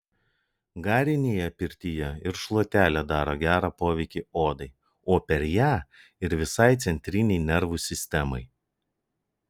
garinėje pirtyje ir šluotelė daro gerą poveikį odai o per ją ir visai centrinei nervų sistemai